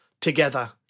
together